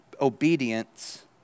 obedience